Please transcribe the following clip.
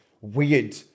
weird